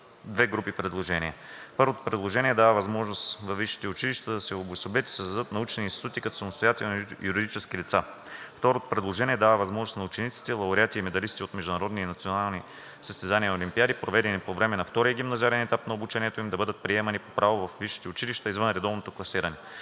две групи предложения. Първото предложение дава възможност във висшите училища да се обособяват и създават научни институти като самостоятелни юридически лица. Второто предложение дава възможност на учениците – лауреати и медалисти от международни и национални състезания и олимпиади, проведени по време на втория гимназиален етап на обучението им, да бъдат приемани по право във висши училища извън редовното класиране.